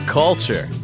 culture